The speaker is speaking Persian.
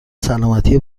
سلامتی